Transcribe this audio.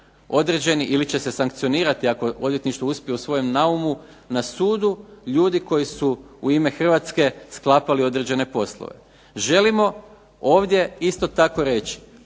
određeni ili će se sankcionirati ako odvjetništvo uspije u svojem naumu na sudu ljudi koji su u ime Hrvatske sklapali određene poslove. Želimo ovdje isto tako reći,